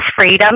freedom